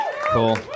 Cool